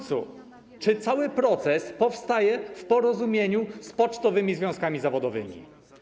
Czy cały proces powstaje w porozumieniu z pocztowymi związkami zawodowymi?